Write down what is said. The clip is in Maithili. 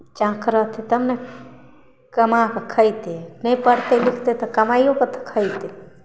चाँकि रहतै तब ने कमा कऽ खयतै नहि पढ़तै लिखतै तऽ कमाइओ कऽ तऽ खयतै